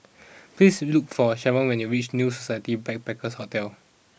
please look for Shavon when you reach New Society Backpackers' Hotel